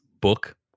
book